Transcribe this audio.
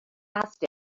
asked